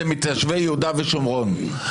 זה מתיישבי יהודה ושומרון.